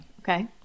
Okay